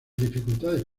dificultades